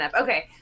Okay